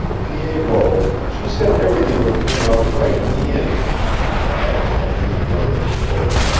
pied-bot, she said everything would come out right in the end, he cried, a new note in his voice.